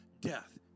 death